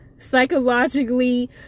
Psychologically